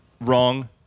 Wrong